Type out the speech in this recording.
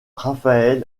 raphaël